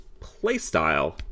playstyle